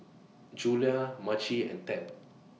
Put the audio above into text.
Julia Maci and Ted